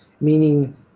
meaning